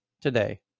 today